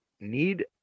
need